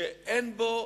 שאין בו,